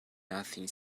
nothing